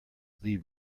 leave